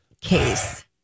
case